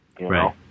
Right